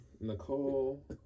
Nicole